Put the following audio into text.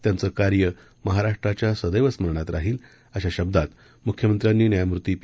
त्यांचं कार्य महाराष्ट्राच्या सदैव स्मरणात राहील अशा शब्दांत मुख्यमंत्र्यांनी न्यायमूर्ती पी